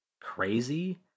crazy